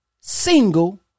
single